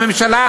חבר הכנסת פרוש.